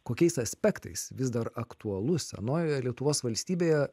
kokiais aspektais vis dar aktualus senojoje lietuvos valstybėje